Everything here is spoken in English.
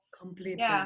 Completely